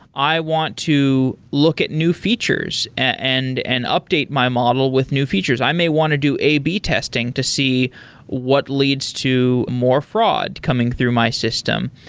i want to look at new features and and update my model with new features. i may want to do ab testing to see what leads to more fraud coming through my system.